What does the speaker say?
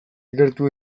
ikertu